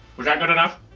was that good enough?